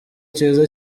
cyiza